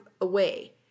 away